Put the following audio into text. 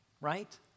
right